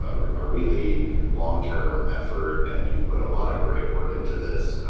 ah a really long term effort, and you've put a lot of great work into this,